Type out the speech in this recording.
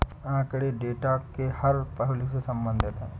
आंकड़े डेटा के हर पहलू से संबंधित है